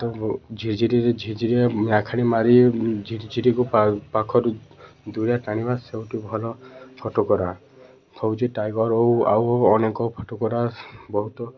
ତ ଝିଝିରିରେ ଝିଝିରିରେ ନିଆଁ ଖାଡ଼ି ମାରି ଝିରିଝିରିକୁ ପାଖରୁ ଦୂରେ ଟାଣିବା ସେଉଠୁ ଭଲ ଫଟକରା ହଉଚି ଟାଇଗର୍ ଓ ଆଉ ଅନେକ ଫଟକରା ବହୁତ